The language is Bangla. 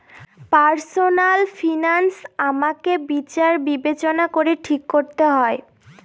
পার্সনাল ফিনান্স আমাকে বিচার বিবেচনা করে ঠিক করতে হয়